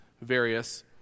various